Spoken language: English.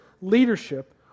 leadership